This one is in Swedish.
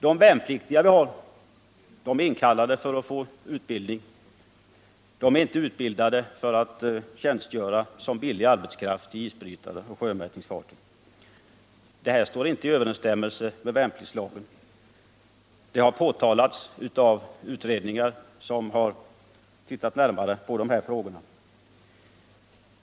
De värnpliktiga är inkallade för att få utbildning. De är inte utbildade för att tjänstgöra som billig arbetskraft på isbrytare och sjömätningsfartyg. Nuvarande system står inte i överensstämmelse med värnpliktslagen. Det har påtalats av utredningar som har tittat närmare på de här frågorna.